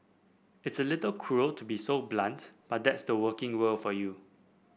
it's a little cruel to be so blunt but that's the working world for you